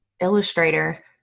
illustrator